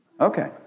Okay